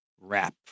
wrap